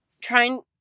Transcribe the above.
trying